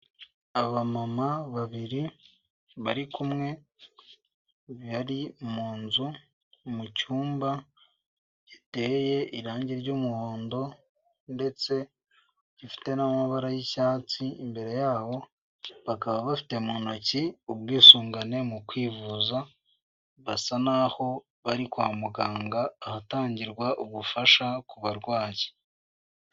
abamama babiri bari kumwe bari mu nzu mu cyumba giteye irange ry'umuhondo ndetse gifite n'amabara y'icyatsi imbere yabo, bakaba bafite mu ntoki ubwisungane mu kwivuza basa naho bari kwa muganga ahatangira ubufasha kubarwayi.